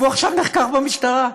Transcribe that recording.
והוא עכשיו נחקר במשטרה.